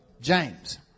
James